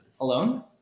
alone